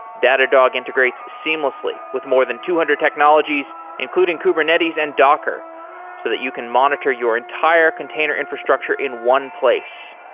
datadog integrates seamlessly with more than two hundred technologies, including kubernetes and docker so that you can monitor your entire container infrastructure in one place.